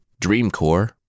Dreamcore